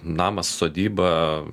namas sodyba